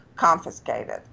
confiscated